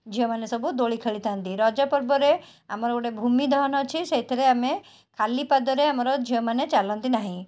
ଝିଅମାନେ ସବୁ ଦୋଳି ଖେଳିଥାନ୍ତି ରଜପର୍ବରେ ଆମର ଗୋଟେ ଭୂମିଦହନ ଅଛି ସେଇଥିରେ ଆମେ ଖାଲିପାଦରେ ଆମର ଝିଅମାନେ ଚାଲନ୍ତି ନାହିଁ